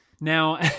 Now